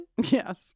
Yes